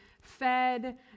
fed